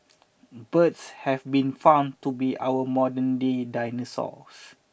birds have been found to be our modern day dinosaurs